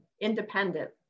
independent